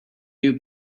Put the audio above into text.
new